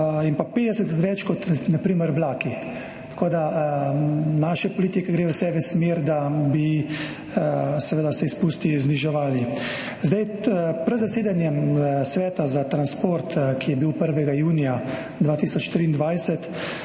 in pa 50-krat več kot na primer vlaki. Tako da naše politike gredo vse v smer, da bi seveda se izpusti zniževali. Pred zasedanjem Sveta za transport, ki je bil 1. junija 2023,